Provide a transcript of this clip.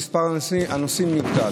מספר הנוסעים יגדל.